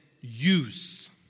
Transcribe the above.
use